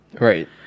Right